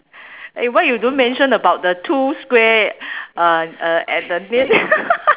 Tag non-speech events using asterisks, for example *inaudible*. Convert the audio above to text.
eh why you don't mention about the two square uh at the mid~ *laughs*